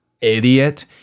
idiot